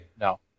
No